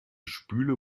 spüle